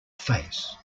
face